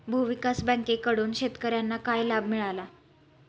भूविकास बँकेकडून शेतकर्यांना काय लाभ मिळाला?